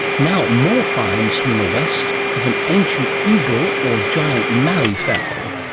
now more finds from the west of an ancient eagle or giant malleefowl,